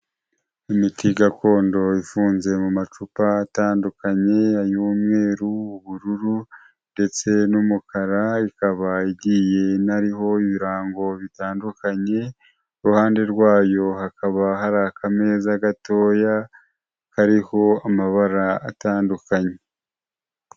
Imiti gakondo ifunze mu macupa atandukanye ay'umweru, ubururu ndetse n'umukara ikaba igiye inariho ibirango bitandukanye, iruhande rwayo hakaba hari akameza gatoya kariho amabara atandukanye.